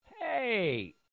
hey